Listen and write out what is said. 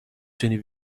تونی